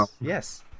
yes